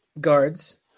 guards